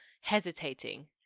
hesitating